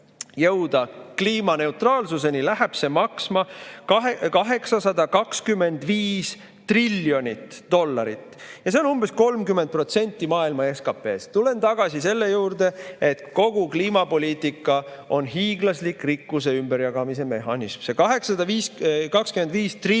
kliimaneutraalsuseni, siis läheb see maksma 825 triljonit dollarit. See on umbes 30% maailma SKT‑st. Tulen tagasi selle juurde, et kogu kliimapoliitika on hiiglaslik rikkuse ümberjagamise mehhanism. See 825 triljonit